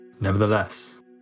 Nevertheless